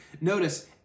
Notice